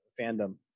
fandom